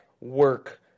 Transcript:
work